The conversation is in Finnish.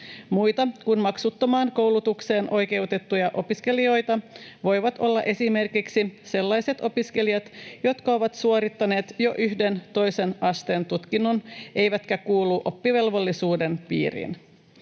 Muita kuin maksuttomaan koulutukseen oikeutettuja opiskelijoita voivat olla esimerkiksi sellaiset opiskelijat, jotka ovat suorittaneet jo yhden toisen asteen tutkinnon eivätkä kuulu oppivelvollisuuden piiriin.